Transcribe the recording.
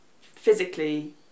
physically